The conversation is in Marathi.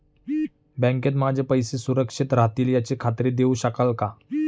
बँकेत माझे पैसे सुरक्षित राहतील याची खात्री देऊ शकाल का?